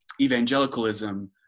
evangelicalism